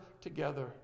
together